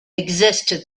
existed